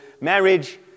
marriage